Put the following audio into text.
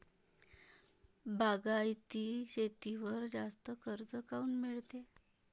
बागायती शेतीवर जास्त कर्ज काऊन मिळते?